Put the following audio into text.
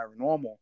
paranormal